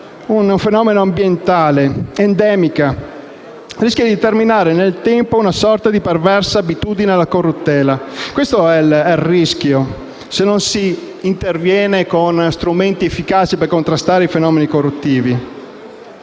un fenomeno ambientale ed endemico e «di determinare, nel tempo, una sorta di perversa abitudine alla corruttela». Questo è il rischio, se non si interviene con strumenti efficaci per contrastare i fenomeni corruttivi.